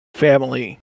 family